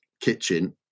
kitchen